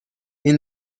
این